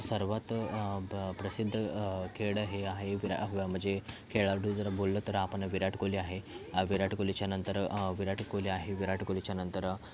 सर्वात प्रसिद्ध खेळ हे आहे वीरा म्हणजे खेळाडू जर बोललं तर आपण विराट कोहली आहे विराट कोहलीच्या नंतर विराट कोहली आहे विराट कोहलीच्या नंतर